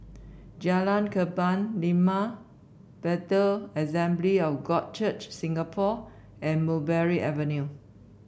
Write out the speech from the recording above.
Jalan Kebun Limau Bethel Assembly of God Church Singapore and Mulberry Avenue